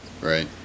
Right